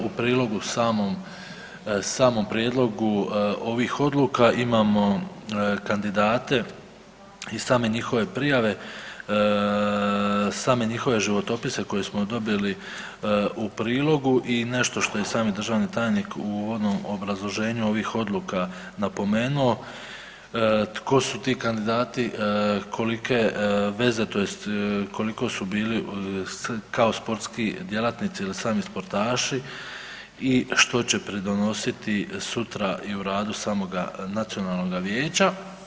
U prilogu samom prijedlogu ovih odluka imamo kandidate i same njihove prijave, same njihove životopise koje smo dobili u prilogu i nešto što je i sami državni tajnik u onom obrazloženju ovih odluka napomenuo tko su ti kandidati kolike veze tj. koliko su bili kao sportski djelatnici ili sami sportaši i što će pridonositi sutra i u radu samoga nacionalnoga vijeća.